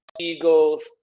Eagles